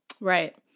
Right